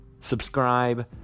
subscribe